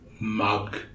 mug